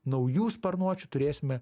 naujų sparnuočių turėsime